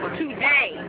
today